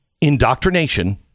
indoctrination